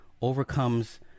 overcomes